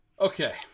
Okay